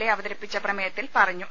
A അവതരിപ്പിച്ച പ്രമേയത്തിൽ പറഞ്ഞു